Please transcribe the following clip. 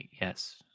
Yes